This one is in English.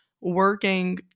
working